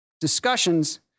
discussions